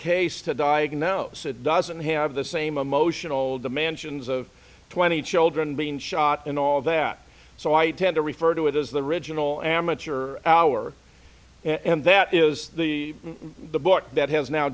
to diagnose it doesn't have the same emotional the mansions of twenty children being shot and all that so i tend to refer to it as the original amateur hour and that is the the book that has now